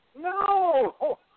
No